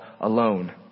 alone